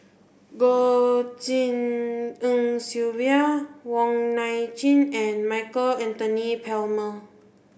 Goh Tshin En Sylvia Wong Nai Chin and Michael Anthony Palmer